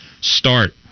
start